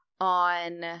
on